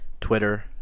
Twitter